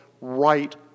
right